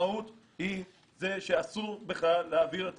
המהות היא שאסור להעביר את